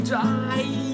die